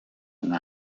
and